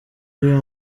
y’uwo